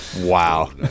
wow